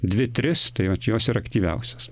dvi tris tai vat jos ir aktyviausios